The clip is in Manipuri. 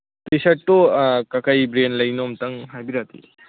ꯇꯤ ꯁꯔꯠꯇꯨ ꯀꯔꯤ ꯀꯔꯤ ꯕ꯭ꯔꯦꯟ ꯂꯩꯅꯣ ꯑꯝꯇꯪ ꯍꯥꯏꯕꯤꯔꯛꯑꯗꯤ